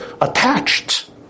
attached